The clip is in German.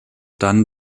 dann